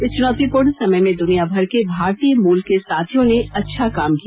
इस चुनौतीपूर्ण समय में दुनिया भर के भारतीय मूल के साथियों ने अच्छा काम किया